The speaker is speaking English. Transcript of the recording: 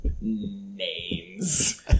names